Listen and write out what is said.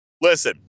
Listen